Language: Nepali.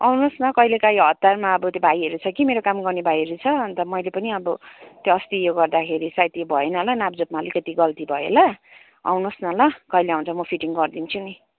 आउनुहोस् न कहिलेकाहीँ हतारमा अब त्यो भाइहरू छ कि मेरो काम गर्ने भाइहरू छ अन्त मैले पनि अब त्यो अस्ति उयो गर्दाखेरि साइत त्यो भएन होला नापजोपमा अलिकति गल्ती भयो होला आउनुहोस् न ल कहिले आउँछ म फिटिङ गरिदिन्छु नि